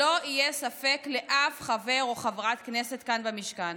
שלא יהיה ספק לאף חבר או חברת כנסת כאן במשכן: